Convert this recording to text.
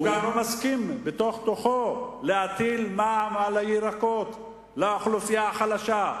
הוא גם לא מסכים בתוך-תוכו להטיל מע"מ על הירקות לאוכלוסייה החלשה.